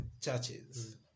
churches